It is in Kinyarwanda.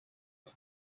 ati